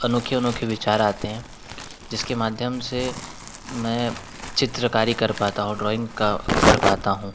अनोखे अनोखे विचार आते हैं जिसके माध्यम से मैं चित्रकारी कर पाता हूँ और ड्रॉइंग का कर पाता हूँ